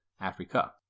Africa